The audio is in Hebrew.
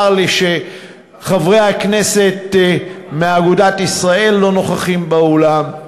צר לי שחברי הכנסת מאגודת ישראל לא נוכחים באולם,